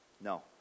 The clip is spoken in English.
No